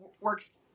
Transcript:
works